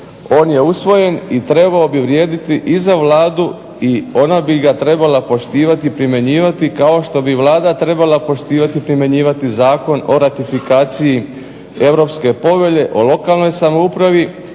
on je usvojen i trebao bi vrijediti i za Vladu, i ona bi ga trebala poštivati, primjenjivati kao što bi Vlada trebala poštivati i primjenjivati Zakon o ratifikaciji Europske povelje o lokalnoj samoupravi